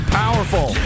powerful